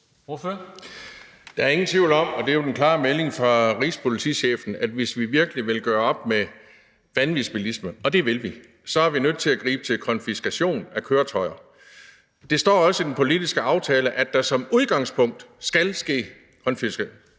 Der er ingen tvivl om, og det er jo den klare melding fra rigspolitichefen, at hvis vi virkelig vil gøre op med vanvidsbilisme, og det vil vi, er vi nødt til at gribe til konfiskation af køretøjer. Det står også i den politiske aftale, at der som udgangspunkt skal ske konfiskation